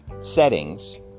settings